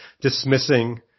dismissing